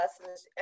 lessons